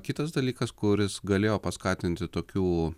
kitas dalykas kuris galėjo paskatinti tokių